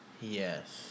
Yes